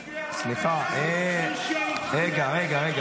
רגע, רגע.